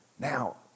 Now